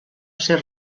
ser